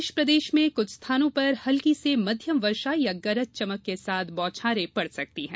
शेष प्रदेश में कुछ स्थानों पर हल्की से मध्यम वर्षा या गरज चमक के साथ बौछारें पड़ सकती हैं